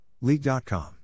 League.com